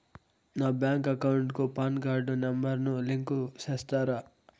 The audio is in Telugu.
నా బ్యాంకు అకౌంట్ కు పాన్ కార్డు నెంబర్ ను లింకు సేస్తారా?